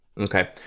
Okay